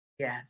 Yes